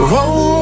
Roll